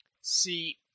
See